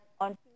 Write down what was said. on